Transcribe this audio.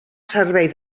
servei